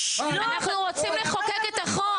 לא, אנחנו רוצים לחוקק את החוק.